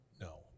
No